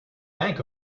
bank